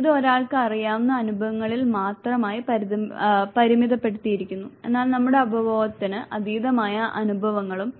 ഇത് ഒരാൾക്ക് അറിയാവുന്ന അനുഭവങ്ങളിൽ മാത്രമായി പരിമിതപ്പെടുത്തിയിരിക്കുന്നു എന്നാൽ നമ്മുടെ അവബോധത്തിന് അതീതമായ അനുഭവങ്ങളും